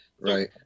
right